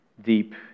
deep